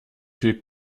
viel